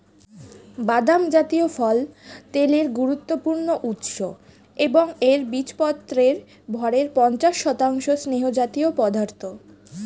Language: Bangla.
বাদাম জাতীয় ফল তেলের গুরুত্বপূর্ণ উৎস এবং এর বীজপত্রের ভরের পঞ্চাশ শতাংশ স্নেহজাতীয় পদার্থ